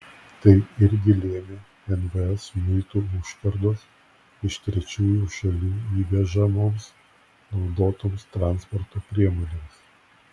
tai irgi lėmė nvs muitų užkardos iš trečiųjų šalių įvežamoms naudotoms transporto priemonėms